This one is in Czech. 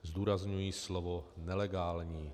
Zdůrazňuji slovo nelegální.